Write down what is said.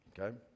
Okay